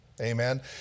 amen